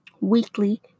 weekly